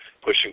pushing